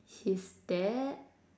his dad